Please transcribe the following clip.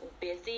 busy